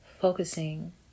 focusing